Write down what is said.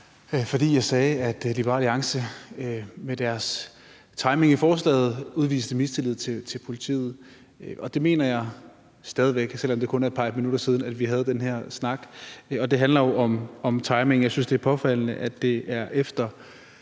fordi jeg sagde, at Liberal Alliance med deres timing i forslaget udviste mistillid til politiet, og det mener jeg stadig væk, selv om det kun er et par minutter siden, at vi havde den her snak. Det handler jo om timing. Jeg synes, det er påfaldende, at det er efter